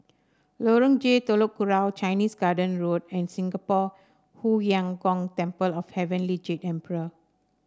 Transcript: Lorong J Telok Kurau Chinese Garden Road and Singapore Hu Yuang Gong Temple of Heavenly Jade Emperor